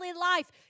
life